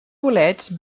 bolets